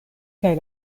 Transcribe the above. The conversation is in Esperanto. kaj